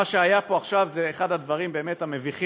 מה שהיה פה עכשיו זה אחד הדברים המביכים.